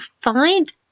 find